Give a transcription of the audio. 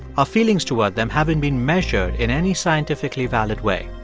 our feelings toward them haven't been measured in any scientifically valid way.